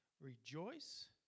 Rejoice